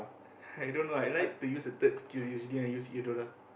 i don't know I like to use a third skill usually I use Eudora